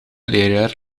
leerjaar